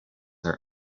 are